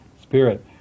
spirit